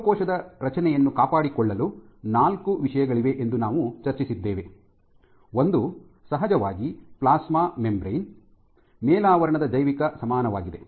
ಜೀವಕೋಶದ ರಚನೆಯನ್ನು ಕಾಪಾಡಿಕೊಳ್ಳಲು ನಾಲ್ಕು ವಿಷಯಗಳಿವೆ ಎಂದು ನಾವು ಚರ್ಚಿಸಿದ್ದೇವೆ ಒಂದು ಸಹಜವಾಗಿ ಪ್ಲಾಸ್ಮಾ ಮೆಂಬರೇನ್ ಮೇಲಾವರಣದ ಜೈವಿಕ ಸಮಾನವಾಗಿದೆ